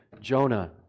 Jonah